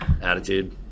attitude